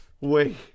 wait